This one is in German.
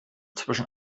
zwischen